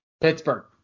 Pittsburgh